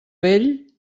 vell